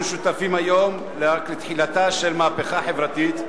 אנחנו שותפים היום לתחילתה של מהפכה חברתית,